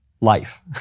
life